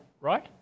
right